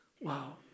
Wow